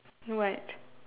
what